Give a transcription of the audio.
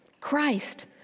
Christ